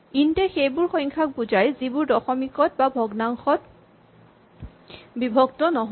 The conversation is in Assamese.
ইন্ট এ সেইবোৰ সংখ্যাক বুজাই যিবোৰ দশমিকত বা ভগ্নাংশত বিভক্ত নহয়